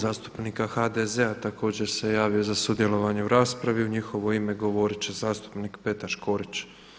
Klub zastupnika HDZ-a također se javio za sudjelovanje u raspravi, i njihovo ime govoriti će zastupnik Petar Škorić.